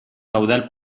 caudal